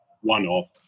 one-off